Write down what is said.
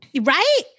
Right